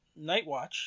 Nightwatch